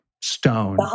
stone